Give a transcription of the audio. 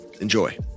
Enjoy